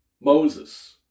Moses